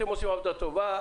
אתם עושם עבודה טובה.